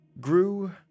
grew